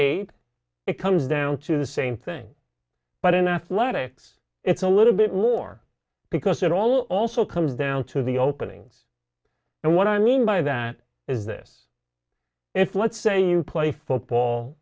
a it comes down to the same thing but in athletics it's a little bit more because it all also comes down to the openings and what i mean by that is this if let's say you play football